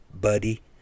buddy